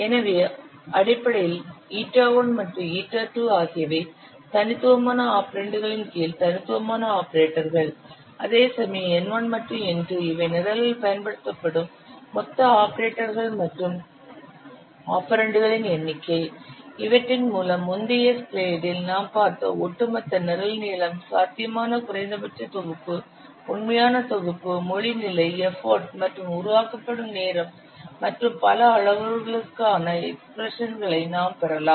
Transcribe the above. எனவே அடிப்படையில் η1 மற்றும் η2 ஆகியவை தனித்துவமான ஆபரெண்டுகளின் கீழ் தனித்துவமான ஆபரேட்டர்கள் அதேசமயம் N1 மற்றும் N2 இவை நிரலில் பயன்படுத்தப்படும் மொத்த ஆபரேட்டர்கள் மற்றும் ஆபரெண்டுகளின் எண்ணிக்கை இவற்றின் மூலம் முந்தைய ஸ்லைடில் நாம் பார்த்த ஒட்டுமொத்த நிரல் நீளம் சாத்தியமான குறைந்தபட்ச தொகுப்பு உண்மையான தொகுப்பு மொழி நிலை எஃபர்ட் மற்றும் உருவாக்கப்படும் நேரம் மற்றும் பல அளவுருக்களுக்கான எக்ஸ்பிரஷன்களை நாம் பெறலாம்